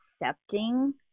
accepting